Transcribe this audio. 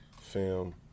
film